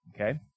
Okay